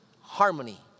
harmony